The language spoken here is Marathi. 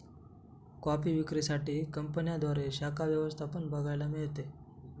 कॉफी विक्री साठी कंपन्यांद्वारे शाखा व्यवस्था पण बघायला मिळते